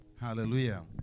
Hallelujah